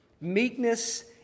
meekness